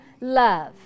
love